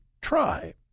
try